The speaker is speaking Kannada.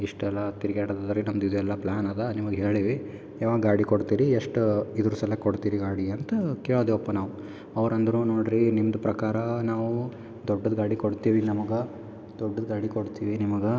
ಇಷ್ಟೆಲ್ಲ ತಿರ್ಗ್ಯಾಡೋದ್ ಎಲ್ಲ ರೇಟ್ ನಮ್ದು ಇದೆಲ್ಲ ಪ್ಲ್ಯಾನ್ ಅದ ನಿಮಗ್ ಹೇಳಿವಿ ಯಾವಾಗ್ ಗಾಡಿ ಕೊಡ್ತೀರಿ ಎಷ್ಟು ಇದರು ಸಲಗ್ ಕೊಡ್ತೀರಿ ಗಾಡಿ ಅಂತ ಕೇಳೋದೇವಪ್ಪ ನಾವು ಅವರಂದರು ನೋಡ್ರಿ ನಿಮ್ಮದು ಪ್ರಕಾರ ನಾವು ದೊಡ್ಡದು ಗಾಡಿ ಕೊಡ್ತೀವಿ ನಮಗೆ ದೊಡ್ದದು ಗಾಡಿ ಕೊಡ್ತೀವಿ ನಿಮಗೆ